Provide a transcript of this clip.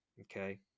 okay